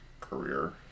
career